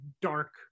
dark